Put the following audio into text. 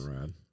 rad